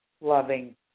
loving